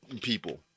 people